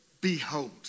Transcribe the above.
behold